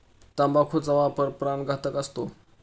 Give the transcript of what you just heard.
तंबाखूचा वापर प्राणघातक असतो